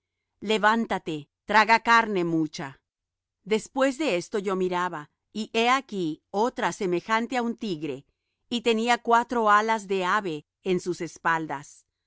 levántate traga carne mucha después de esto yo miraba y he aquí otra semejante á un tigre y tenía cuatro alas de ave en sus espaldas